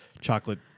chocolate